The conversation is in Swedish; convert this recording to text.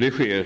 Det sker